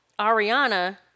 Ariana